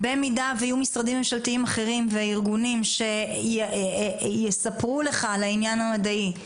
אם יהיו משרדים אחרים וארגונים שיספרו לך על העניין המדעי,